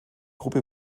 gruppe